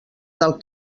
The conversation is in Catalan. del